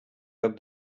lloc